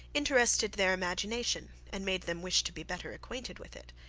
interested their imagination and made them wish to be better acquainted with it.